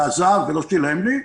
עזב ולא שילם לי,